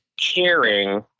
caring